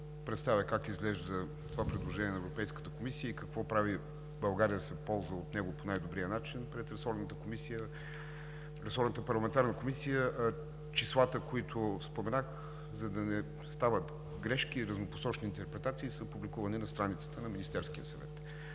комисия как изглежда това предложение на Европейската комисия и какво прави България, за да се ползва от него по най-добрия начин. Числата, които споменах, за да не стават грешки и разнопосочни интерпретации, са публикувани на страницата на Министерския съвет.